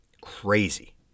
crazy